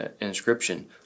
inscription